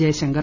Jaishankar